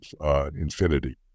infinity